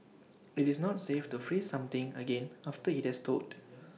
IT is not safe to freeze something again after IT has thawed